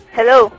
Hello